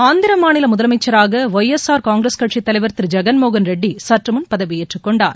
ஆந்திர மாநில முதலமைச்சராக Y S R Congress தலைவர் திரு ஜெகன்மோகன் ரெட்டி சற்று முன் பதவியேற்றுக் கொண்டார்